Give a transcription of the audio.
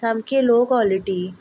सामके low quality